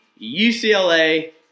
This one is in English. UCLA